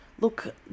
look